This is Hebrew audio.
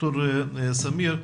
ד"ר סמיר.